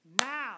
now